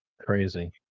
crazy